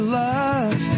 love